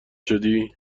شدی